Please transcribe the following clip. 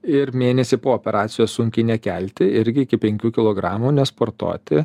ir mėnesį po operacijos sunkiai nekelti irgi iki penkių kilogramų nesportuoti